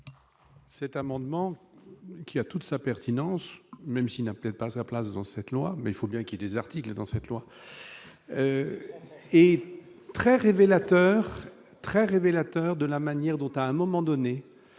Cet amendement qui a toute sa pertinence, même s'il n'a peut-être pas sa place dans cette loi, mais il faut bien qu'il des articles dans cette loi est très révélateur très révélateur de la manière dont, à un moment donné,